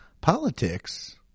Politics